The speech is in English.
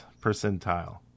percentile